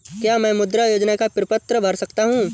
क्या मैं मुद्रा योजना का प्रपत्र भर सकता हूँ?